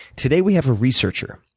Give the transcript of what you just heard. today we have a researcher,